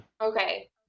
okay